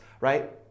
right